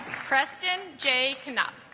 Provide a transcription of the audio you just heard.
kristen j canuck